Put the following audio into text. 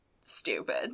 stupid